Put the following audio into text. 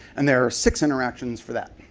and there are six interactions for that.